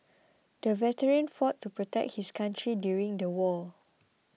the veteran fought to protect his country during the war